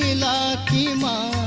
la la